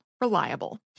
Reliable